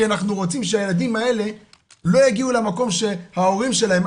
כי אנחנו רוצים שהילדים האלה לא יגיעו למקום שההורים שלהם,